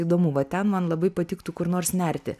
įdomu va ten man labai patiktų kur nors nerti